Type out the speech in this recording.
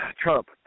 Trump